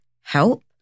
help